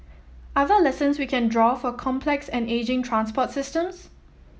are there lessons we can draw for complex and ageing transport systems